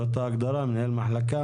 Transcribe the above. זאת ההגדרה, מנהל המחלקה?